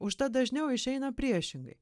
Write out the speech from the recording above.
užtat dažniau išeina priešingai